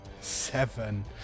Seven